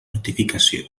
notificació